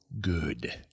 good